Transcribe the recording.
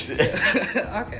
okay